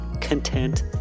content